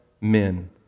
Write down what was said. men